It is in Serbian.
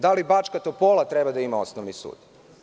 Da li Bačka Topola treba da ima osnovni sud?